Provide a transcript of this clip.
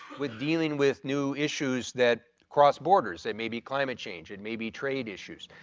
with dealing with new issues that cross borders, it may be climate change, it may be trade issues,